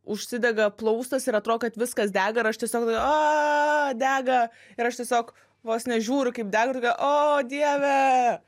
užsidega plaustas ir atrodo kad viskas dega ir aš tiesiog tokia aaaa dega ir aš tiesiog vos ne žiūriu kaip dega o dieve